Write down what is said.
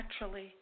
naturally